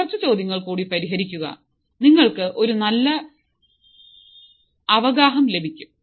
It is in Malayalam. കുറച്ച് ചോദ്യങ്ങൾ കൂടി പരിഹരിക്കുക നിങ്ങൾക്ക് ഒരു നല്ല അവഗാഹം ലഭിക്കും